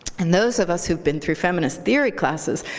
and those of us who've been through feminist theory classes,